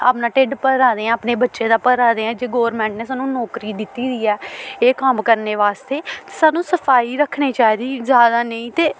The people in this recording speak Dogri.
अपना ढिड्ड भरा दे आं अपने बच्चे दा भरा दे ऐ जे गौरमैंट ने सानूं नौकरी दित्ती दी ऐ एह् कम्म करने बास्तै सानूं सफाई रक्खनी चाहिदी जादा नेईं ते